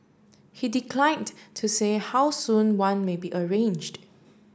he declined to say how soon one may be arranged